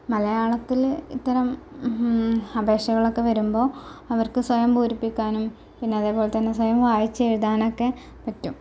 മലയാളത്തില് ഇത്തരം അപേക്ഷകളൊക്കെ വരുമ്പോൾ അവർക്ക് സ്വയം പൂരിപ്പിക്കാനും പിന്നെ അതു പോലെ തന്നെ സ്വയം വായിച്ചെഴുതാനോക്കെ പറ്റും